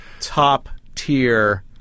Top-tier